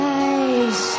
eyes